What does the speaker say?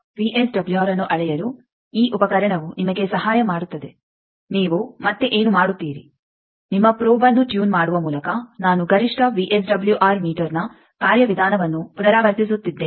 ವಿಎಸ್ಡಬ್ಲ್ಯೂಆರ್ಅನ್ನು ಅಳೆಯಲು ಈ ಉಪಕರಣವು ನಿಮಗೆ ಸಹಾಯ ಮಾಡುತ್ತದೆ ನೀವು ಮತ್ತೆ ಏನು ಮಾಡುತ್ತೀರಿ ನಿಮ್ಮ ಪ್ರೋಬ್ಅನ್ನು ಟ್ಯೂನ್ ಮಾಡುವ ಮೂಲಕ ನಾನು ಗರಿಷ್ಠ ವಿಎಸ್ಡಬ್ಲ್ಯೂಆರ್ ಮೀಟರ್ನ ಕಾರ್ಯವಿಧಾನವನ್ನು ಪುನರಾವರ್ತಿಸುತ್ತಿದ್ದೇನೆ